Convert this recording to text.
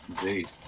Indeed